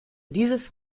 dieses